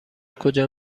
کجا